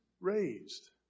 raised